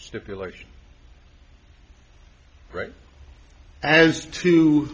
stipulation right as to